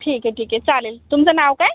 ठीक आहे ठीक आहे चालेल तुमचं नाव काय